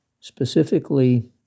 specifically